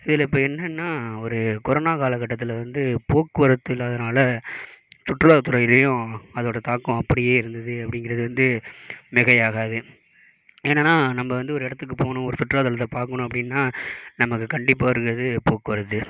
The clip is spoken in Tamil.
இதில் இப்போ என்னன்னா ஒரு கொரோனா காலகட்டத்தில் வந்து போக்குவரத்து இல்லாததினால சுற்றுலாதுறைலேயும் அதோட தாக்கம் அப்படியே இருந்தது அப்படிங்கிறது வந்து மிகை ஆகாது ஏன்னா நம்ம வந்து ஒரு இடத்துக்கு போகணும் ஒரு சுற்றுலாத்தலத்தை பார்க்கணும் அப்படினா நமக்கு கண்டிப்பா இருக்கிறது போக்குவரத்து